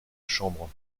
chambre